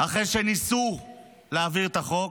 אחרי שניסו להעביר את החוק,